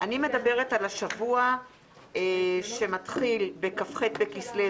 אני מדברת על השבוע שמתחיל בכ"ח בכסלו,